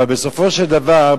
אבל בסופו של דבר,